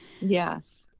yes